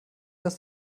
dass